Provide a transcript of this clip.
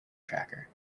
tracker